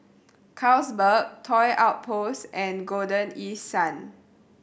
Carlsberg Toy Outpost and Golden East Sun